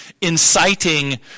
inciting